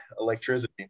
electricity